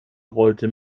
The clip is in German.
rollte